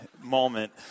moment